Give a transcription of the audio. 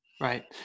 Right